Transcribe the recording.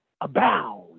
abound